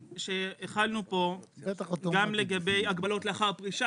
שהחלנו פה גם לגבי הגבלות לאחר פרישה,